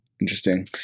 Interesting